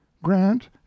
grant